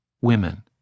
women